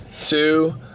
Two